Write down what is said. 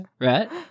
right